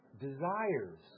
desires